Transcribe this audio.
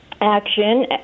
action